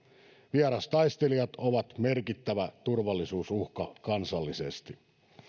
vierastaistelijat ovat merkittävä turvallisuusuhka kansallisesti